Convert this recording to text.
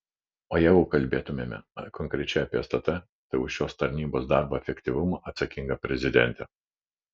o jeigu kalbėtumėme konkrečiai apie stt tai už šios tarnybos darbo efektyvumą atsakinga prezidentė